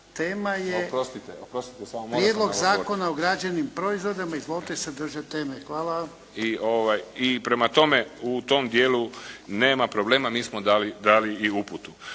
… Prijedlog zakona o građevnim proizvodima. Izvolite se držati teme. Hvala. **Mrduljaš, Davor** I prema tome u tome dijelu nema problema mi smo dali i uputu.